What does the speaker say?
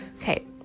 Okay